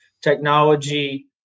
technology